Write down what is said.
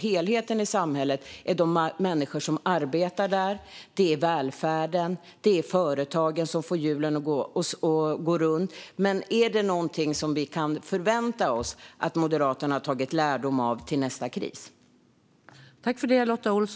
Helheten i samhället är de människor som arbetar där, välfärden och företagen som får hjulen att gå runt. Är det någonting som vi kan förvänta oss att Moderaterna har tagit lärdom av till nästa kris?